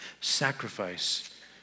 sacrifice